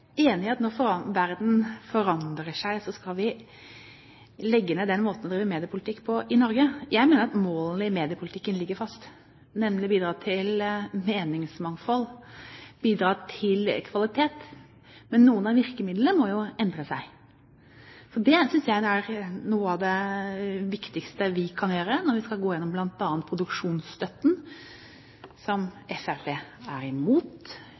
enig i at når verden forandrer seg, skal vi legge ned den måten vi driver mediepolitikk på i Norge. Jeg mener at målet i mediepolitikken ligger fast, nemlig å bidra til meningsmangfold og kvalitet, men noen av virkemidlene må jo endre seg. Det synes jeg er noe av det viktigste vi kan gjøre når vi skal gå igjennom bl.a. produksjonsstøtten, som Fremskrittspartiet er imot.